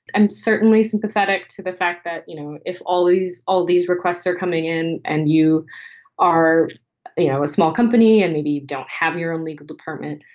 i'm certainly sympathetic to the fact that, you know, if all these all these requests are coming in and you are you know a small company and maybe you don't have your own legal department,